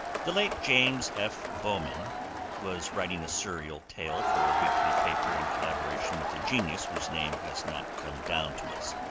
the late james f. bowman was writing a serial tale for a weekly paper in collaboration with a genius whose name has not come down to us.